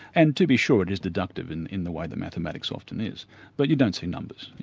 and to be sure, it is deductive, in in the way that mathematics often is but you don't see numbers.